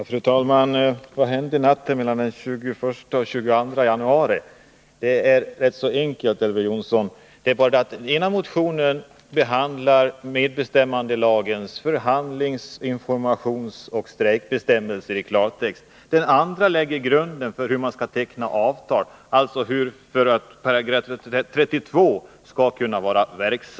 Fru talman! Vad hände natten mellan den 21 och den 22 januari, frågade Elver Jonsson. Det är rätt enkelt. I den ena motionen behandlas i klartext medbestämmandelagens förhandlings-, informationsoch strejkbestämmelser. I den andra läggs grunden för hur man skall teckna avtal, alltså hur 32 § skall kunna fungera.